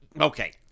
okay